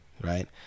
right